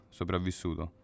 sopravvissuto